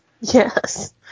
Yes